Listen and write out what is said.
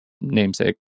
namesake